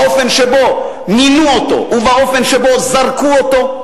האופן שבו מינו אותו והאופן שבו זרקו אותו.